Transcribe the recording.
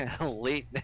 late